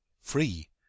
free